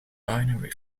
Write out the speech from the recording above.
binary